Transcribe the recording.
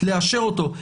לאשר אותו,